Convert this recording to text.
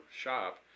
shop